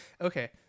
okay